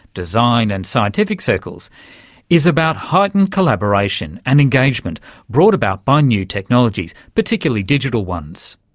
design and scientific circles is about heightened collaboration and engagement brought about by new technologies, particularly digital ones.